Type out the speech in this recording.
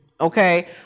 Okay